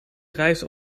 reis